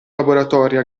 laboratorio